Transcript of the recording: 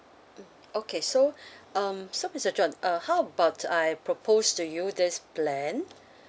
mm okay so um so mister john uh how about I propose to you this plan